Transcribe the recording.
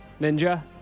Ninja